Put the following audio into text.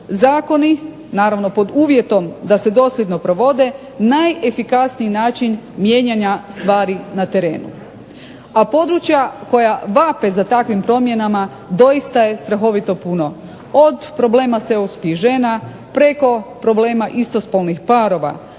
zakoni, naravno pod uvjetom da se dosljedno provode, najefikasniji način mijenjanja stvari na terenu, a područja koja vape za takvim promjenama doista je strahovito puno, od problema seoskih žena, preko problema istospolnih parova